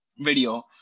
video